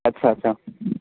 अच्छा अच्छा